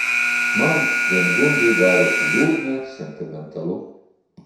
man viengungiui darosi liūdna sentimentalu